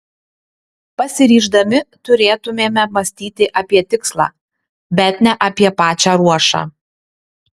pasiryždami turėtumėme mąstyti apie tikslą bet ne apie pačią ruošą